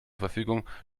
verfügung